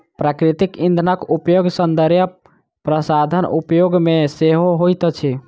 प्राकृतिक इंधनक उपयोग सौंदर्य प्रसाधन उद्योग मे सेहो होइत अछि